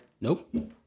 Nope